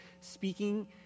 speaking